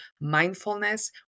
mindfulness